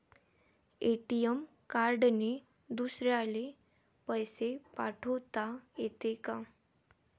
ATM कार्डने दुसऱ्याले पैसे पाठोता येते का?